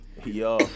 Yo